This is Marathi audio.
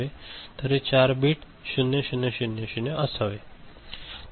तर हे 4 बिट 0 0 0 0 असावे